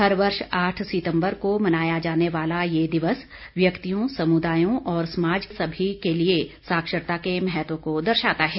हर वर्ष आठ सितम्बर को मनाया जाने वाला यह दिवस व्यक्तियों समुदायों और समाज सभी के लिए साक्षरता के महत्व को दर्शाता है